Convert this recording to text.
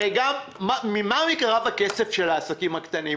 הרי ממה --- הכסף של העסקים הקטנים?